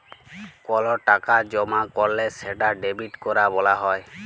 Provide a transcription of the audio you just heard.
call টাকা জমা ক্যরলে সেটা ডেবিট ক্যরা ব্যলা হ্যয়